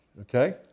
okay